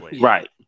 Right